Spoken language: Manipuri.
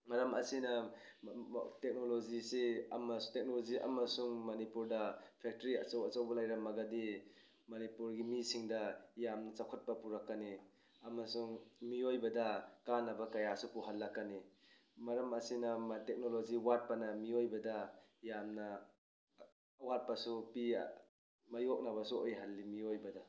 ꯃꯔꯝ ꯑꯁꯤꯅ ꯇꯦꯛꯅꯣꯂꯣꯖꯤꯁꯤ ꯑꯃ ꯇꯦꯛꯅꯣꯂꯣꯖꯤ ꯑꯃꯁꯨꯡ ꯃꯅꯤꯄꯨꯔꯗ ꯐꯦꯛꯇꯔꯤ ꯑꯆꯧ ꯑꯆꯧꯕ ꯂꯩꯔꯝꯃꯒꯗꯤ ꯃꯅꯤꯄꯨꯔꯒꯤ ꯃꯤꯁꯤꯡꯗ ꯌꯥꯝ ꯆꯥꯎꯈꯠꯄ ꯄꯨꯔꯛꯀꯅꯤ ꯑꯃꯁꯨꯡ ꯃꯤꯑꯣꯏꯕꯗ ꯀꯥꯅꯕ ꯀꯌꯥꯁꯨ ꯄꯨꯍꯜꯂꯛꯀꯅꯤ ꯃꯔꯝ ꯑꯁꯤꯅ ꯇꯦꯛꯅꯣꯂꯣꯖꯤ ꯋꯥꯠꯄꯅ ꯃꯤꯑꯣꯏꯕꯗ ꯌꯥꯝꯅ ꯑꯋꯥꯠꯄꯁꯨ ꯄꯤ ꯃꯥꯏꯌꯣꯛꯅꯕꯁꯨ ꯑꯣꯏꯍꯜꯂꯤ ꯃꯤꯑꯣꯏꯕꯗ